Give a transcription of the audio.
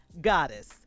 goddess